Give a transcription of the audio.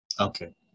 Okay